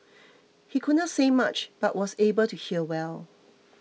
he could not say much but was able to hear well